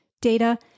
data